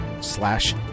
slash